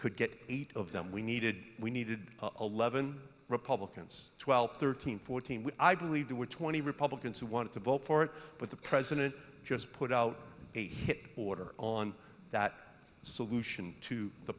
could get eight of them we needed we needed a levon republicans twelve thirteen fourteen which i believe there were twenty republicans who wanted to vote for it but the president just put out a border on that solution to the